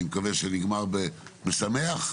אני מקווה שנגמר במשמח?